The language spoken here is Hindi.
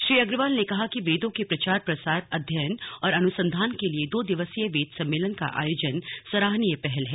श्री अग्रवाल ने कहा कि वेदों के प्रचार प्रसार अध्ययन और अनुसंधान के लिए दो दिवसीय वेद सम्मेलन का आयोजन सराहनीय पहल है